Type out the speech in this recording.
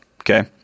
okay